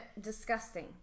disgusting